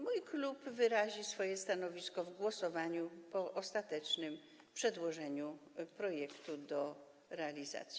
Mój klub wyrazi swoje stanowisko w głosowaniu po ostatecznym przedłożeniu projektu do realizacji.